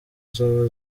zoba